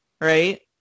right